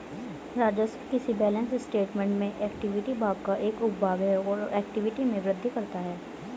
राजस्व किसी balance statement में इक्विटी भाग का एक उपभाग है और इक्विटी में वृद्धि करता है